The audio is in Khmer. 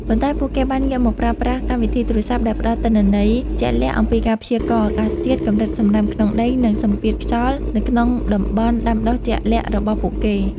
ប៉ុន្តែពួកគេបានងាកមកប្រើប្រាស់កម្មវិធីទូរស័ព្ទ ដែលផ្ដល់នូវទិន្នន័យជាក់លាក់អំពីការព្យាករណ៍អាកាសធាតុ កម្រិតសំណើមក្នុងដី និងសម្ពាធខ្យល់នៅក្នុងតំបន់ដាំដុះជាក់លាក់របស់ពួកគេ។